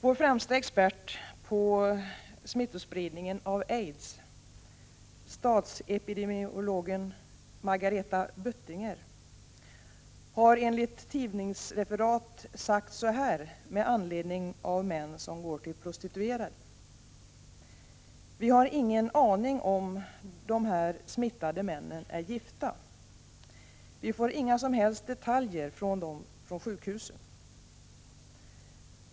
Vår främsta expert på spridningen av aidssmittan, statsepidemiolog Margareta Böttiger, har enligt tidningsreferat sagt följande med anledning av män som går till prostituerade: Vi har ingen aning om de här smittade männen är gifta. Vi får inga som helst detaljer om dem från sjukhuset.